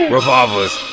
Revolvers